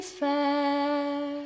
fair